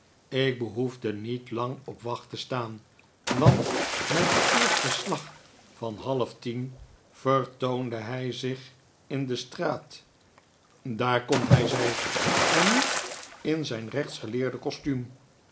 ik behoefde niet lang op wacht te staan want met den eersten slag van half tien vertoonde hij zich in de straat daar komt hij zei ik en niet in zijn rechtsgeleerde costuum